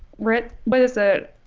rich, what is it.